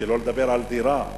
שלא לדבר על דירה.